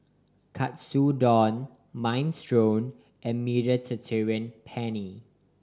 Katsudon Minestrone and Mediterranean Penne